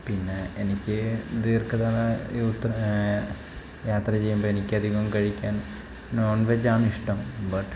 പിന്നേ എനിക്ക് ദീർഘ യാത്ര യാത്ര ചെയ്യുമ്പോൾ എനിക്ക് അധികം കഴിക്കാൻ നോൺ വെജ് ആണ് ഇഷ്ടം ബട്ട്